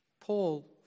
Paul